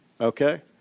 okay